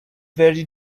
very